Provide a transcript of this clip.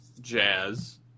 Jazz